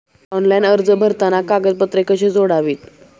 Online अर्ज भरताना कागदपत्रे कशी जोडावीत?